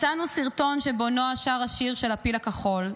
מצאנו סרטון שבו נועה שרה שיר של הפיל הכחול,